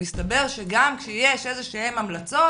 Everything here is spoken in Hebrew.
ומסתבר שגם כשיש איזה שהן המלצות,